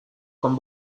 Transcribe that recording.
con